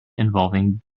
involving